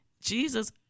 Jesus